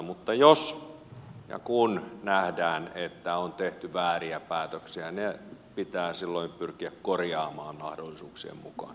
mutta jos ja kun nähdään että on tehty vääriä päätöksiä ne pitää silloin pyrkiä korjaamaan mahdollisuuksien mukaan